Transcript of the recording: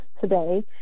today